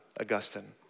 Augustine